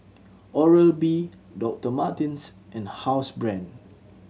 Oral B Doctor Martens and Housebrand